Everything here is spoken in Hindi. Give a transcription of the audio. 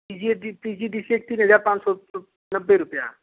पीजिए P G D C A की तीन हजार पाँच सौ नब्बे रुपये